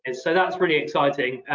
and so that's really exciting.